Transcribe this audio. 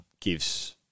gives